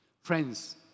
Friends